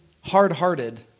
hard-hearted